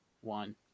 one